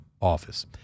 office